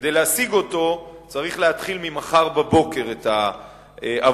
כדי להשיג אותו צריך להתחיל מחר בבוקר את העבודה.